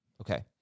Okay